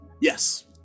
Yes